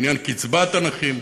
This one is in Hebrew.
בעניין קצבת הנכים,